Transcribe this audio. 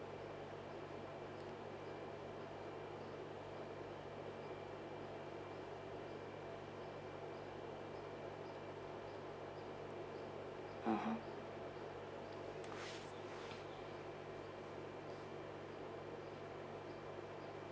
(uh huh)